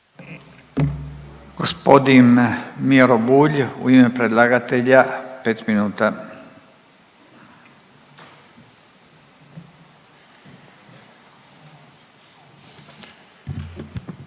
Gospodin Miro Bulj u ime predlagatelja pet minuta.